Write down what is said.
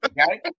Okay